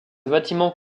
bâtiment